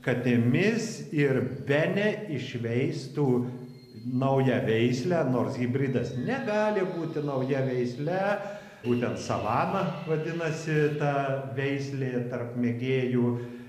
katėmis ir bene išveistų naują veislę nors hibridas negali būti nauja veisle būtent savana vadinasi ta veislė tarp mėgėjų